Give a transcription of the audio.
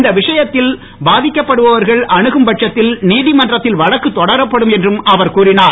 இந்த விஷயத்தில் பாதிக்கப்படுபவர்கள் அனுகும் பட்சத்தில் நீதிமன்றத்தில் வழக்குத் தொடரப்படும் என்றும் அவர் கூறினார்